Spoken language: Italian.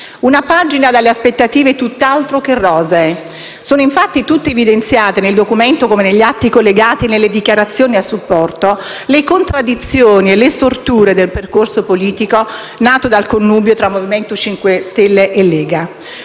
Una pagina dalle aspettative tutt'altro che rosee. Sono infatti tutte evidenziate, nel Documento come negli atti collegati nelle dichiarazioni a supporto, le contraddizioni e le storture del percorso politico nato dal connubio tra MoVimento 5 Stelle e Lega.